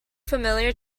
familiar